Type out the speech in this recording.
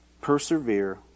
Persevere